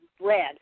red